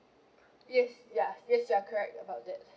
yes ya yes you are correct about that